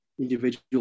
individual